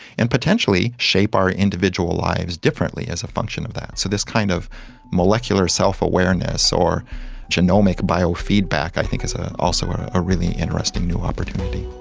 and potentially shape our individual lives differently as a function of that. so this kind of molecular self-awareness or genomic biofeedback i think is ah also a really interesting new opportunity.